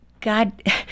God